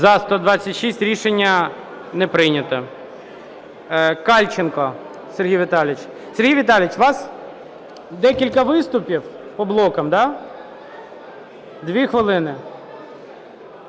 За-126 Рішення не прийнято. Кальченко Сергій Віталійович. Сергій Віталійович, у вас декілька виступів по блоках, да? 2 хвилини.